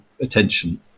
attention